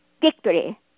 victory